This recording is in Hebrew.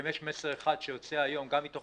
אם יש מסר אחד שיוצא היום גם מתוך